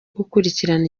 gukurikirana